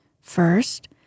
first